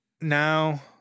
now